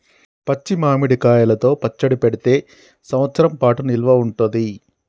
పచ్చి మామిడి కాయలతో పచ్చడి పెడితే సంవత్సరం పాటు నిల్వ ఉంటది